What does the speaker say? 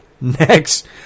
next